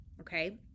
okay